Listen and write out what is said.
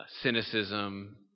cynicism